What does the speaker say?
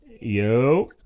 yo